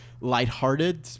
lighthearted